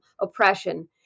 oppression